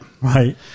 Right